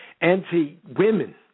anti-women